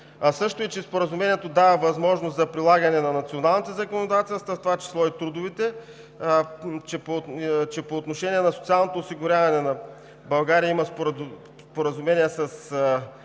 Също и че Споразумението дава възможност за прилагане на националните законодателства, в това число трудовите, че по отношение на социалното осигуряване на България има споразумение с